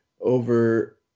over